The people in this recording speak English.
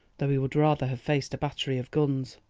though he would rather have faced a battery of guns.